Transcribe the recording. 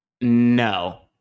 No